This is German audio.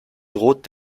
droht